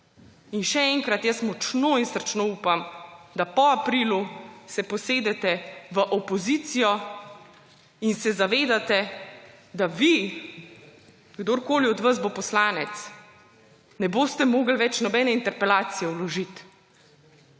In še enkrat: močno in srčno upam, da po aprilu se posedete v opozicijo in se zavedate, da kdorkoli od vas bo poslanec, ne boste mogli več nobene interpelacije več vložiti.